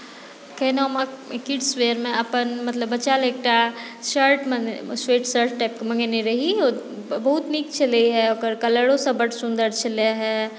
कैनोमक kids वेअरमे अपन मतलब बच्चा लेल एकटा शर्ट स्वेट शर्ट टाइपके मङ्गेने रही ओ बहुत नीक छलै हे ओकर कलरोसभ बड्ड सुन्दर छलै हे